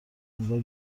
انگار